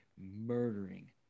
murdering